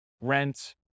rent